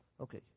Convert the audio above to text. Okay